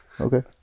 Okay